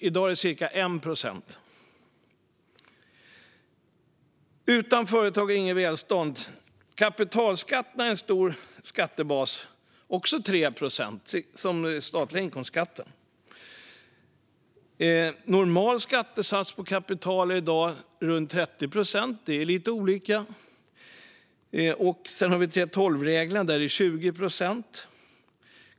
I dag är det cirka 1 procent. Utan företag inget välstånd! Kapitalskatterna är en stor skattebas. Det är också 3 procent av statens intäkter, som den statliga inkomstskatten. Normal skattesats på kapital är i dag runt 30 procent; det är lite olika. Sedan har vi 3:12-reglerna, och där är det 20 procent.